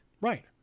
Right